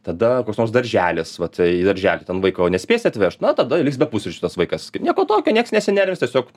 tada koks nors darželis vat į darželį ten vaiko nespėsi atvešt na tada liks be pusryčių tas vaikas nieko tokio nieks nesinervins tiesiog